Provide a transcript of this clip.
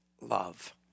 love